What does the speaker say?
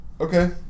Okay